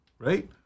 right